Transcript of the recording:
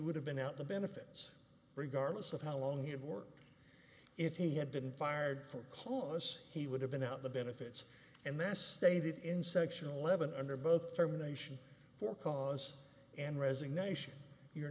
would have been out the benefits regardless of how long it worked if he had been fired for cause he would have been out the benefits and that's stated in sectional levon under both terminations for cause and resignation you're